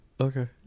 Okay